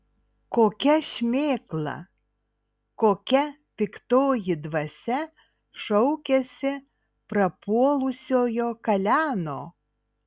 kokia šmėkla kokia piktoji dvasia šaukiasi prapuolusiojo kaleno